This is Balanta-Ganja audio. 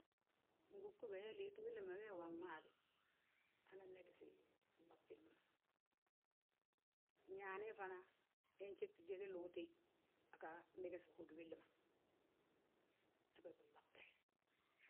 Ngugube liiti willi ma wee wi anwaagi, anan megesi nɓab billi ma. Ñaani he fana, he nédti jéde luuti, aga megesi hódi willi ma, habe binɓabte.